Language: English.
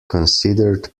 considered